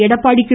Edappadi K